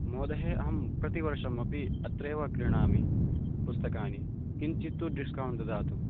महोदय अहं प्रतिवर्षम् अपि अत्रैव क्रीणामि पुस्तकानि किञ्चित्तु डिस्कौण्ट् ददातु